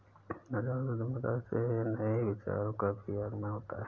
नवजात उद्यमिता से नए विचारों का भी आगमन होता है